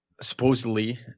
supposedly